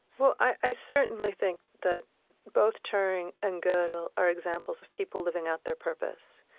well, i certainly think that both turing and godel are examples of people living out their purpose.